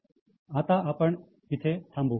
आता आपण इथे थांबू